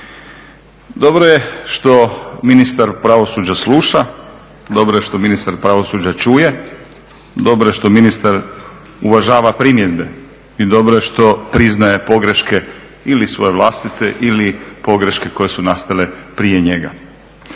Dobro je što ministar pravosuđa sluša, dobro je što ministar pravosuđa čuje, dobro je što ministar uvažava primjedbe i dobro je što priznaje pogreške ili svoje vlastite ili pogreške koje su nastale prije njega.